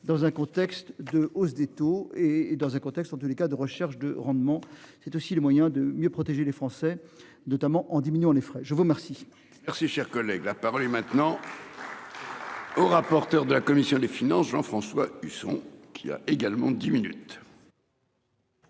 dans un contexte de hausse des taux et et dans un contexte en tous les cas de recherche de rendements, c'est aussi le moyen de mieux protéger les Français, notamment en diminuant les frais je vous remercie. Merci, cher collègue, la parole est maintenant. Au rapporteur de la commission des finances Jean-François Husson qui a également 10 minutes.